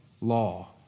law